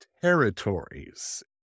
Territories